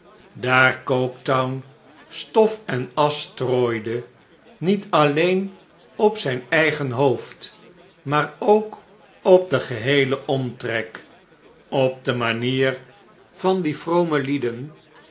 daa r ooketown stof en asch strooide niet alleen op zijn eigen hoofd raaar ook op den geheelen omtrek op de manier van die